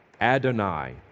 Adonai